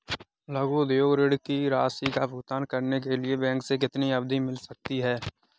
लघु उद्योग ऋण की राशि का भुगतान करने के लिए बैंक से कितनी अवधि मिल सकती है?